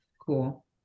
cool